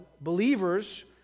believers